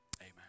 Amen